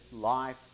life